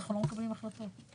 אנחנו לא מקבלים החלטות.